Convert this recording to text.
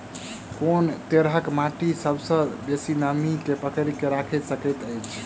कोन तरहक माटि सबसँ बेसी नमी केँ पकड़ि केँ राखि सकैत अछि?